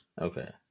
Okay